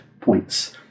points